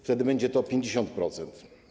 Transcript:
Wtedy będzie to 50%.